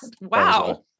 Wow